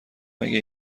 اگه